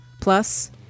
plus